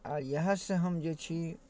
आओर इएहसँ हम जे छी